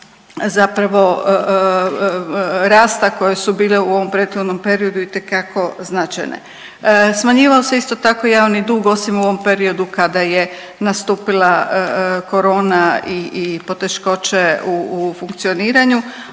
zapravo rasta koje su bile u ovom prethodnom periodu itekako značajne. Smanjivao se isto tako javni dug, osim u ovom periodu kada je nastupila korona i poteškoće u funkcioniranju,